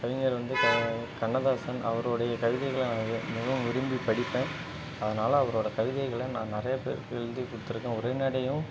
கவிஞர் வந்து க கண்ணதாசன் அவரோடைய கவிதைகளை நான் மிகவும் விரும்பி படிப்பேன் அதனால் அவரோட கவிதைகளை நான் நிறைய பேர்க்கு எழுதி கொடுத்துருக்கேன் உரைநடையும்